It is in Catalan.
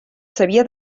sabia